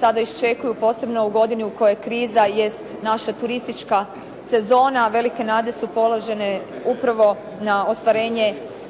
sada iščekuju, posebno u godini u kojoj je kriza, jest naša turistička sezona. Velike nade su položene upravo na ostvarenje